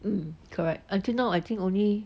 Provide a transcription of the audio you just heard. um correct I think until now only